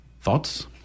Thoughts